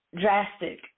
drastic